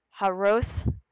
Haroth